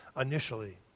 Initially